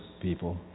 people